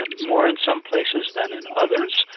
ah more in some places than in others,